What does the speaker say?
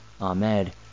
Ahmed